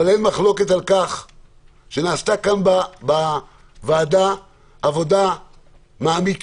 אבל אין מחלוקת על כך שנעשתה כאן בוועדה עבודה מעמיקה,